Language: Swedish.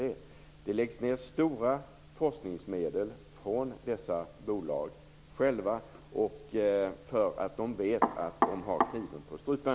Dessa bolag lägger själva ned stora forskningsmedel, därför att de vet att de har kniven på strupen.